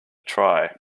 try